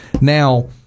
Now